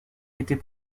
était